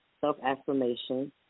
self-affirmation